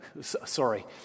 sorry